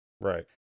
Right